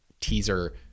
teaser